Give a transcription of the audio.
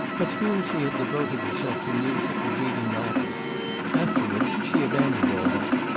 at school, she had devoted herself to music and reading novels afterwards she abandoned all that.